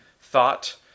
thought